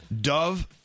Dove